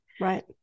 Right